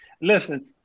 Listen